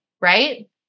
right